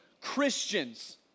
Christians